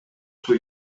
суу